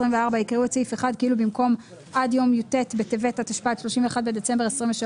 יקראו את סעיף 1 כאילו במקום עד יום י"ט בטבת התשפ"ד (31 בדצמבר 2023)